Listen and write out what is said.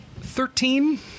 Thirteen